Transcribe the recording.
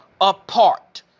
apart